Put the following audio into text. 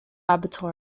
laboratory